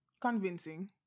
convincing